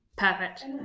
Perfect